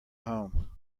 home